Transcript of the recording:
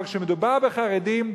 אבל כשמדובר בחרדים,